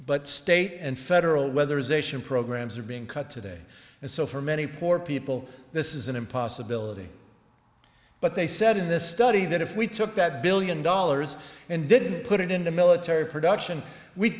but state and federal weather ization programs are being cut today and so for many poor people this is an impossibility but they said in this study that if we took that billion dollars and didn't put it in the military production we